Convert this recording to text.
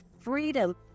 freedom